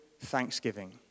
thanksgiving